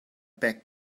back